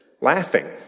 laughing